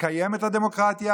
נקיים את הדמוקרטיה,